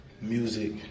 music